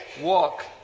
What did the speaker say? walk